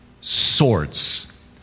swords